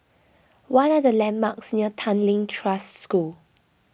what are the landmarks near Tanglin Trust School